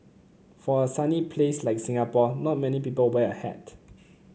for a sunny place like Singapore not many people wear a hat